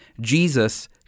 Jesus